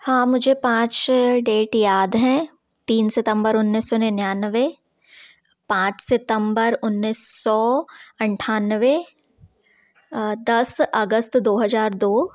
हाँ मुझे पाँच डेट याद हैं तीन सितम्बर उन्नीस सौ निन्यानवे पाँच सितम्बर उन्नीस सौ अट्ठानवे दस अगस्त दो हज़ार दो